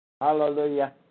Hallelujah